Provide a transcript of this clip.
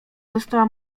została